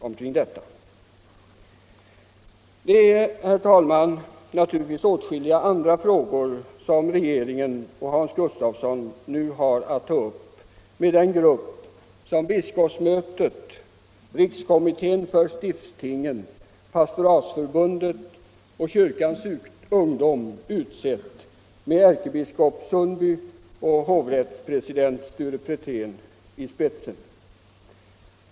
Regeringen och statsrådet Hans Gustafsson har naturligtvis åtskilliga andra frågor att ta upp med den grupp som biskopsmötet, rikskommittén för stiftstingen, Pastoratsförbundet och Kyrkans ungdom utsett med ärkebiskop Olof Sundby och hovrättspresident Sture Petrén i spetsen.